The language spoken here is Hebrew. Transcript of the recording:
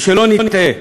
ושלא נטעה,